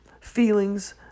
feelings